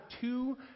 two